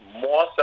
more